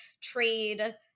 trade